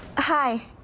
hi,